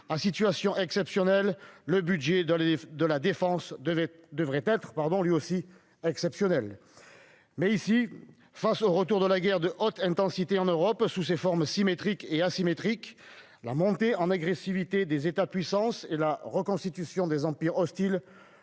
À situation exceptionnelle, le budget de la défense devrait, lui aussi, être exceptionnel. Mais ici, face au retour de la guerre de haute intensité en Europe, sous ses formes symétriques et asymétriques, à la montée en agressivité des États-puissances et à la reconstitution des empires hostiles,